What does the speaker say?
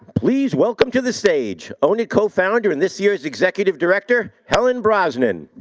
please welcome to the stage, own it co-founder and this year's executive director, helen brosnan.